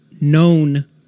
known